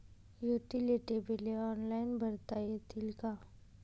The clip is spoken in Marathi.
युटिलिटी बिले ऑनलाईन भरता येतील का?